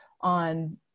on